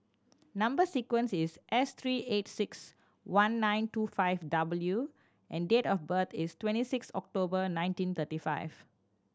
number sequence is S three eight six one nine two five W and date of birth is twenty six October nineteen thirty five